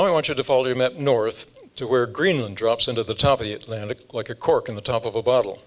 i want you to follow him up north to where greenland drops into the top of the atlantic like a cork in the top of a bottle